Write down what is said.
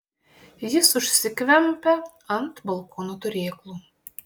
jis užsikvempia ant balkono turėklų